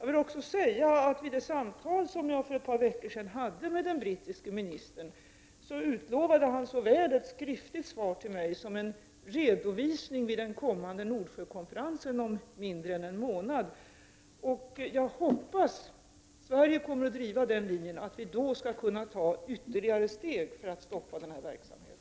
Jag vill också säga att vid det samtal som jag för ett par veckor sedan hade med den brittiske ministern utlovade han även ett skriftligt svar till mig som en redovisning inför den kommande Nordsjökonferensen om mindre än en månad. Sverige kommer att driva den linjen att vi då skall kunna ta ytterligare steg för att stoppa verksamheten.